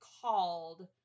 called